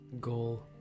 goal